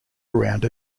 around